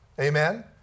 Amen